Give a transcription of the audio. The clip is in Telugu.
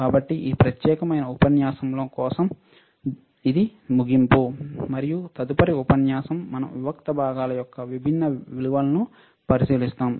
కాబట్టి ఈ ప్రత్యేకమైన ఉపన్యాసంలో కోసం ఇది దీని ముగింపు మరియు తదుపరి ఉపన్యాసం మనం వివిక్త భాగాల యొక్క విభిన్న విలువలను పరిశీలిస్తాము